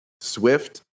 Swift